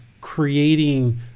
creating